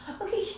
Okay